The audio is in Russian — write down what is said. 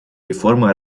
реформы